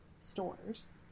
stores